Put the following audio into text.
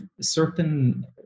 certain